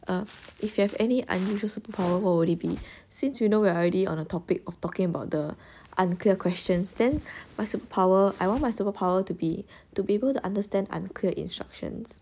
err if you have any unusual superpower what would it be since you know we're already on the topic of talking about the unclear questions then my superpower I want my superpower to be to be able to understand unclear instructions